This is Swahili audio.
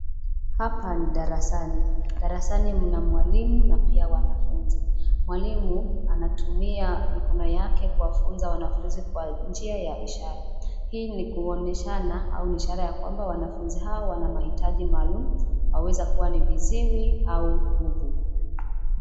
Hapa ni darasani. Darasani mna mwalimu na pia wanafunzi. Mwalimu anatumia mikono yake kuwafunza wanafunzi kwa njia ya ishara. Hii ni kuonyeshana au ni ishara ya kwamba, wanafunzi hawa wana mahitaji maalum. Waweza kuwa ni viziwi au bubu.